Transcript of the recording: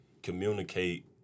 communicate